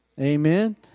Amen